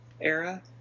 era